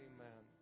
Amen